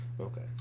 Okay